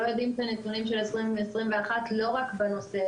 לא יודעים את הנתונים של 2021 לא רק בנושא